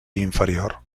inferior